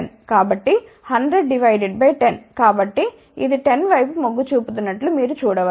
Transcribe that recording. కాబట్టి ఇది 10 వైపు మొగ్గు చూపుతున్నట్లు మీరు చూడవచ్చు